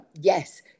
yes